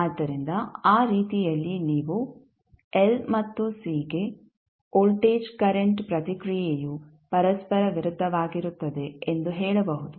ಆದ್ದರಿಂದ ಆ ರೀತಿಯಲ್ಲಿ ನೀವು l ಮತ್ತು c ಗೆ ವೋಲ್ಟೇಜ್ ಕರೆಂಟ್ ಪ್ರತಿಕ್ರಿಯೆಯು ಪರಸ್ಪರ ವಿರುದ್ಧವಾಗಿರುತ್ತದೆ ಎಂದು ಹೇಳಬಹುದು